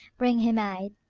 bring him aid,